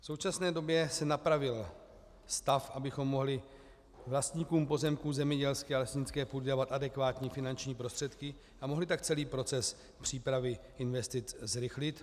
V současné době se napravil stav, abychom mohli vlastníkům pozemků v zemědělské a lesnické půdě dát adekvátní finanční prostředky a mohli tak celý proces přípravy investic zrychlit.